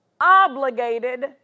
obligated